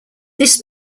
this